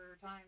time